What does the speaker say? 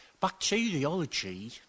Bacteriology